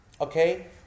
okay